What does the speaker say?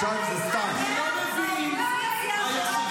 אני שיקרתי על זה שהיא רצתה לצרף את אחמד טיבי לקואליציה הקודמת.